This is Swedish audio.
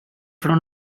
från